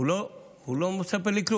הוא לא מספר לי כלום.